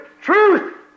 truth